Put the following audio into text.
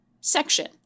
section